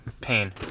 pain